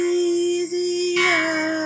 easier